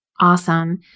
Awesome